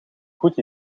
goed